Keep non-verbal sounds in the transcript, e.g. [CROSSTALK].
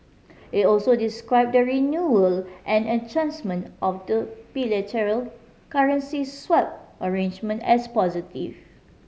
it also described the renewal and [UNINTELLIGIBLE] of the bilateral currency swap arrangement as positive